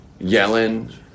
Yellen